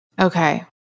Okay